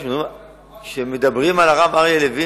סימני ההתאוששות במשק אולי קיימים במרכז הארץ,